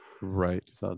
Right